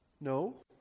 No